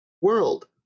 world